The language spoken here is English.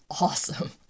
awesome